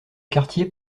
quartier